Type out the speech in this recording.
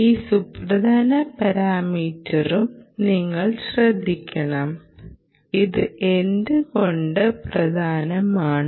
ഈ സുപ്രധാന പാരാമീറ്ററും നിങ്ങൾ ശ്രദ്ധിക്കണം ഇത് എന്തുകൊണ്ട് പ്രധാനമാണ്